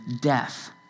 death